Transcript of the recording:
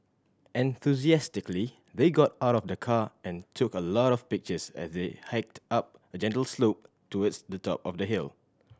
enthusiastically they got out of the car and took a lot of pictures as they hiked up a gentle slope towards the top of the hill